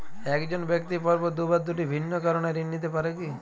এক জন ব্যক্তি পরপর দুবার দুটি ভিন্ন কারণে ঋণ নিতে পারে কী?